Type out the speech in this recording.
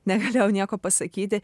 negalėjau nieko pasakyti